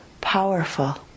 powerful